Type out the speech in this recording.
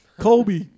Kobe